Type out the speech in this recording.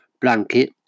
blanket